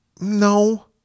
No